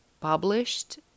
published